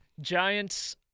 Giants